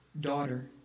Daughter